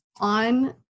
on